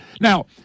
Now